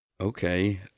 Okay